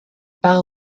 par